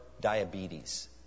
diabetes